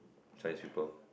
Chinese people